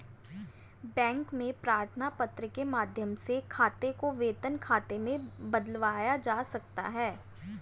bank में प्रार्थना पत्र के माध्यम से खाते को वेतन खाते में बदलवाया जा सकता है